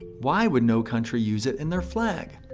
why would no country use it in their flag?